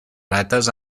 rates